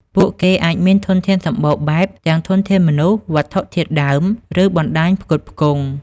ពួកគេអាចមានធនធានសម្បូរបែប ទាំងធនធានមនុស្ស វត្ថុធាតុដើម ឬបណ្តាញផ្គត់ផ្គង់។